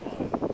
okay